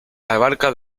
abarca